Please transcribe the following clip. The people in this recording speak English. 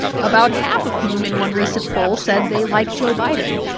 about half of whom, in one recent poll, said they like joe biden.